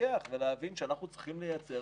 להתפכח ולהבין שאנחנו צריכים לייצר